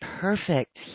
perfect